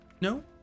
no